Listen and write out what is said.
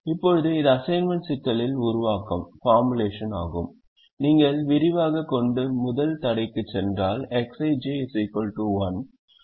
இப்போது இது அசைன்மென்ட் சிக்கலின் உருவாக்கம் ஆகும் நீங்கள் விரிவாகக் கொண்டு முதல் தடைக்குச் சென்றால் Xij 1 ஒவ்வொரு j க்கும் ஆகும்